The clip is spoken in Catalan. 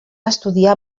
estudiar